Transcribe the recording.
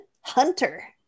hunter